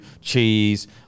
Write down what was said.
Cheese